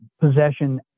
possession